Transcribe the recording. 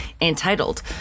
entitled